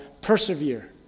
persevere